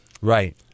Right